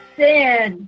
sin